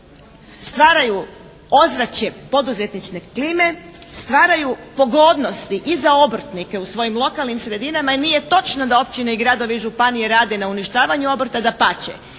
stvaraju ozračje poduzetnične klime, stvaraju pogodnosti i za obrtnike u svojim lokalnim sredinama i nije točno da općine, gradovi i županije rade na uništavanju obrta. Dapače,